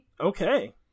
Okay